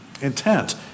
intent